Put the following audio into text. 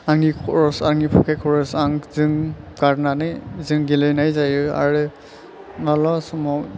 आंनि खरस आंनि फकेट खर'स आं जों गारनानै जों गेलेनाय जायो आरो माब्लाबा समाव